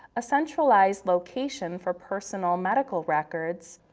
a centralized location for personal medical records,